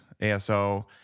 ASO